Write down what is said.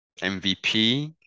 MVP